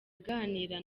aganira